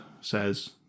says